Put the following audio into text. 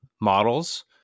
models